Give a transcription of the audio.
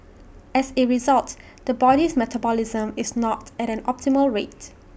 as A result the body's metabolism is not at an optimal rate